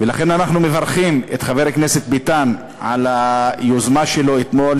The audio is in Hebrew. לכן אנחנו מברכים את חבר הכנסת ביטן על היוזמה שלו אתמול,